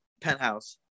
penthouse